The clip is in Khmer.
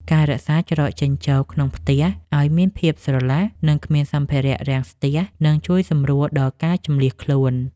ការរក្សាច្រកចេញចូលក្នុងផ្ទះឱ្យមានភាពស្រឡះ និងគ្មានសម្ភារៈរាំងស្ទះនឹងជួយសម្រួលដល់ការជម្លៀសខ្លួន។